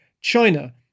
China